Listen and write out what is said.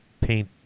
paint